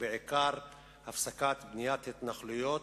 ובעיקר הפסקת בניית התנחלויות,